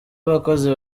abakozi